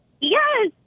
Yes